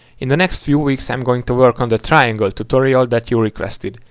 in the next few weeks, i'm going to work on the triangle tutorial that you requested.